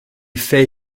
fait